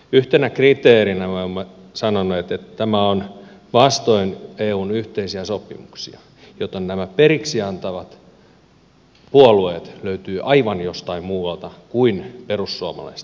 yhtenä kriteerinä me olemme sanoneet että tämä on vastoin eun yhteisiä sopimuksia joten nämä periksi antavat puolueet löytyvät aivan jostain muualta kuin perussuomalaisista